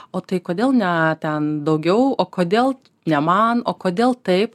o tai kodėl ne ten daugiau o kodėl ne man o kodėl taip